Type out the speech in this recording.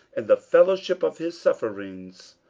and the fellowship of his sufferings,